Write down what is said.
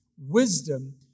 wisdom